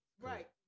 Right